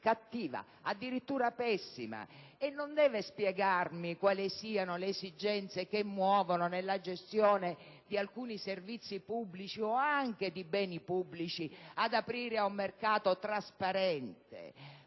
cattiva, addirittura pessima, e non deve spiegarmi quali sono le esigenze che muovono, nella gestione di alcuni servizi pubblici o anche di beni pubblici, ad aprire ad un mercato trasparente.